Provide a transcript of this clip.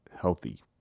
healthy